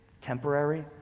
temporary